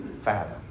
fathom